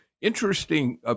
interesting